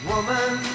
Woman